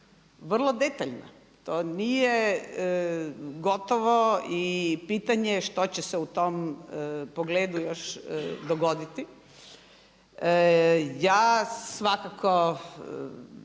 vrlo detaljna, to nije gotovo i pitanje je što će se u tom pogledu još dogoditi. Ja svakako